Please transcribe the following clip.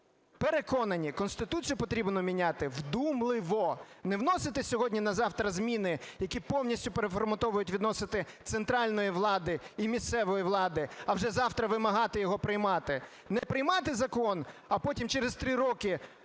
переконані – Конституцію потрібно міняти вдумливо. Не вносити сьогодні на завтра зміни, які повністю переформатовують відносини центральної влади і місцевої влади, а вже завтра вимагати його приймати, не приймати закон, а потім через три роки